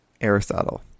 Aristotle